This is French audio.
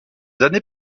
années